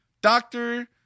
doctor